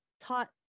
taught